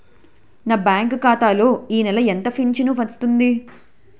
నా బ్యాంక్ ఖాతా లో ఈ నెల ఎంత ఫించను వచ్చింది?